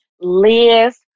Liz